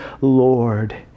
Lord